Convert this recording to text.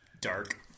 Dark